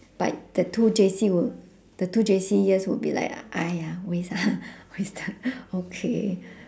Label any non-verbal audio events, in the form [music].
but the two J_C will the two J_C years will be like !aiya! waste ah wasted [breath] okay